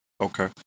Okay